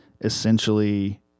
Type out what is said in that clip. essentially